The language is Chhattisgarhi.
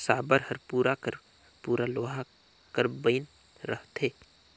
साबर हर पूरा कर पूरा लोहा कर बइन रहथे